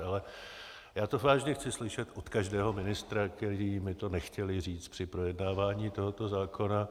Ale já to vážně chci slyšet od každého ministra, kteří mi to nechtěli říct při projednávání tohoto zákona.